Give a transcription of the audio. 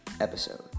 episode